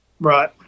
Right